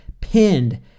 pinned